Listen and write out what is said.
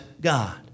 God